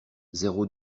zéro